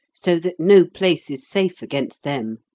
so that no place is safe against them.